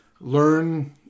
learn